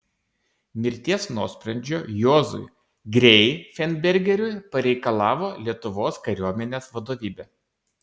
mirties nuosprendžio juozui greifenbergeriui pareikalavo lietuvos kariuomenės vadovybė